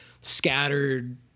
scattered